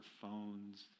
phones